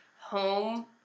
home